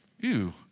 Ew